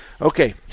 Okay